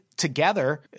Together